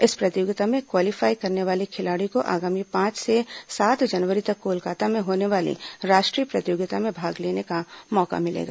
इस प्रतियोगिता में क्वालीफाई करने वाले खिलाड़ियों को आगामी पांच से सात जनवरी तक कोलकाता में होने वाली राष्ट्रीय प्रतियोगिता में भाग लेने का मौका मिलेगा